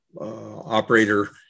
operator